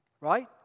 right